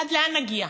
עד לאן נגיע?